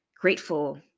grateful